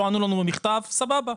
לא ענו לנו במכתב, סבבה.